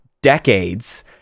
decades